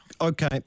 Okay